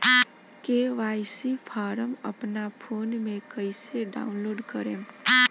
KYC form अपना phone मे कइसे डाऊनलोड करेम?